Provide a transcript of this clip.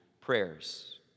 prayers